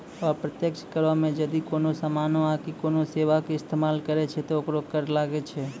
अप्रत्यक्ष करो मे जदि कोनो समानो आकि कोनो सेबा के इस्तेमाल करै छै त ओकरो कर लागै छै